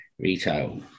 Retail